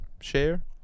share